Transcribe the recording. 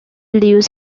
leaves